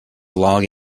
log